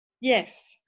Yes